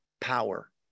power